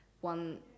one